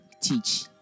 teach